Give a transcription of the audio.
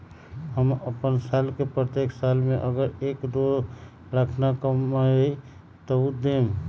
हम अपन साल के प्रत्येक साल मे अगर एक, दो लाख न कमाये तवु देम?